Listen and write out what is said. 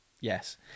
Yes